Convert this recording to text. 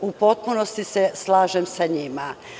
U potpunosti se slažem sa njima.